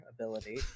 ability